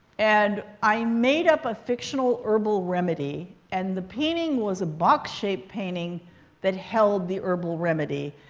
and i made up a fictional herbal remedy. and the painting was a box-shaped painting that held the herbal remedy.